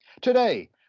Today